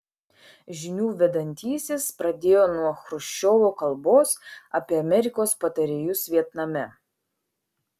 žinių vedantysis pradėjo nuo chruščiovo kalbos apie amerikos patarėjus vietname